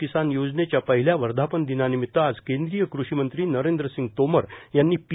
किसान योजनेच्या पहिल्या वर्धापन दिनानिमित आज केंद्रीय कृषीमंत्री नरेंद्र सिंग तोमर यांनी पी